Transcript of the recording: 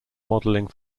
modeling